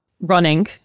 running